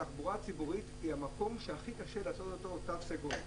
התחבורה הציבורית היא המקום שהכי קשה לעשות אותו תו סגול,